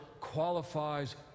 qualifies